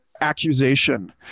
accusation